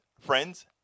Friends